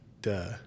duh